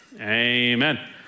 Amen